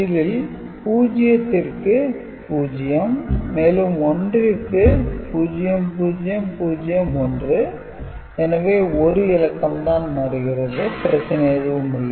இதில் 0 ற்கு 0 மேலும் 1 ற்கு 0 0 0 1 எனவே ஒரு இலக்கம் தான் மாறுகிறது பிரச்சனை எதுவும் இல்லை